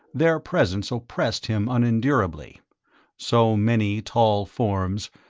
their presence oppressed him unendurably so many tall forms,